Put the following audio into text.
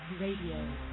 Radio